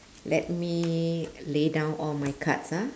let me lay down all my cards ah